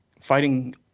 fighting